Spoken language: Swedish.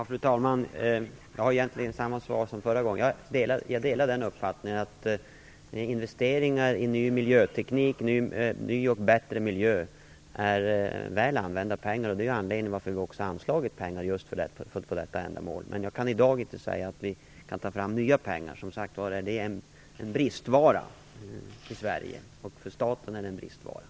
Fru talman! Jag har egentligen samma svar som förra gången. Jag delar uppfattningen att investeringar i ny miljöteknik och i ny och bättre miljö är väl använda pengar, och det är också anledningen till att vi har anslagit pengar för detta ändamål. Jag kan dock inte i dag säga att vi kan ta fram nya pengar. Det är en bristvara i Sverige och för den svenska staten.